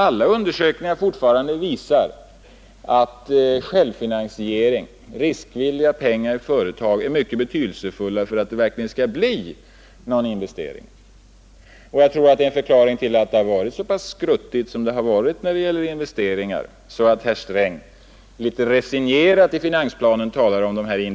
Alla undersökningar visar fortfarande att självfinansiering och riskvilliga pengar i ett företag är mycket betydelsefulla för att det verkligen skall bli några investeringar. Jag tror att en förklaring till att industriinvesteringarna har varit så pass dåliga att herr Sträng i finansplanen litet resignerat talar om dem är att